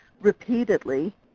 repeatedly